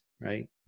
Right